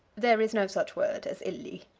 there is no such word as illy,